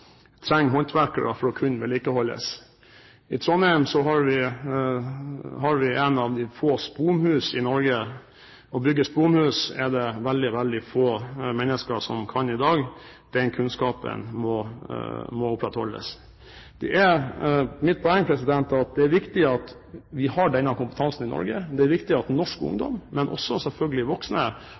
trenger håndverkere for å kunne vedlikeholdes. I Trondheim har vi et av de få sponhusene i Norge. Å bygge sponhus er det veldig få mennesker som kan i dag. Den kunnskapen må opprettholdes. Mitt poeng er at det er viktig at vi har denne kompetansen i Norge. Det er viktig at norsk ungdom, men også selvfølgelig voksne